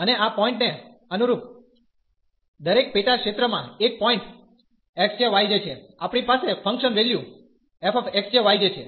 અને આ પોઈન્ટ ને અનુરૂપ દરેક પેટા ક્ષેત્રમાં એક point x j y j છે આપણી પાસે function value f x j y j છે